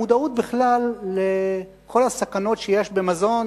המודעות בכלל לכל הסכנות שיש במזון